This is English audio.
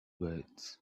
words